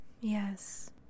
yes